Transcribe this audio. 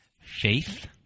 faith